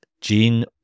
Jean